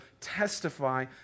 testify